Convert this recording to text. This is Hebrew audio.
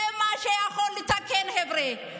זה מה שיכול לתקן, חבר'ה.